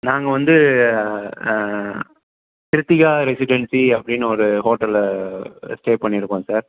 நாங்கள் வந்து கிருத்திகா ரெசிடென்சி அப்படின்னு ஒரு ஹோட்டலில் ஸ்டே பண்ணி இருக்கோம் சார்